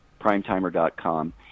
primetimer.com